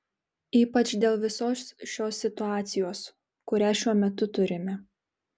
ypač dėl visos šios situacijos kurią šiuo metu turime